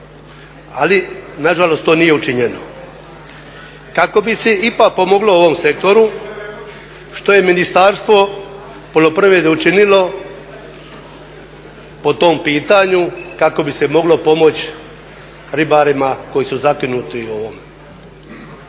Ali nažalost to nije učinjeno. Kako bi se ipak pomoglo ovom sektoru što je Ministarstvo poljoprivrede učinilo po tom pitanju kako bi se moglo pomoći ribarima koji su zakinuti u ovome?